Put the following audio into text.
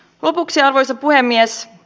lopuksi arvoisa puhemies